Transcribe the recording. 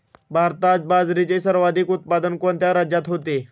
भारतात बाजरीचे सर्वाधिक उत्पादन कोणत्या राज्यात होते?